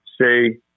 say